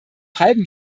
halben